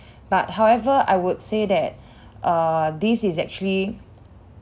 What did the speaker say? but however I would say that err this is actually